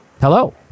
Hello